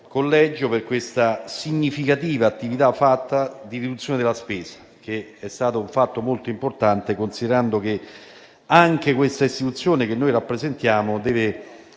Grazie